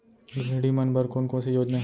गृहिणी मन बर कोन कोन से योजना हे?